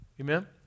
amen